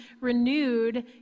renewed